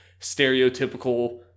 stereotypical